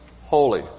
holy